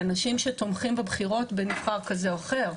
על אנשים שתומכים בבחירות בנבחר כזה או אחר,